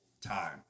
time